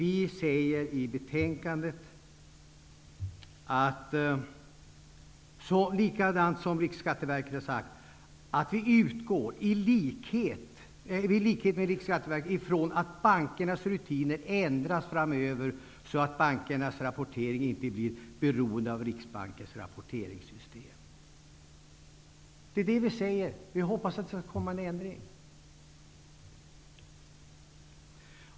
I betänkandet säger vi att vi ''utgår i likhet med RSV ifrån att bankernas rutiner ändras framöver så att bankernas rapportering inte blir beroende av Riksbankens rapporteringssystem''. Det är vad vi säger. Vi hoppas att det skall komma en ändring.